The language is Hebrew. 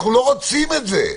אנחנו לא רוצים את זה,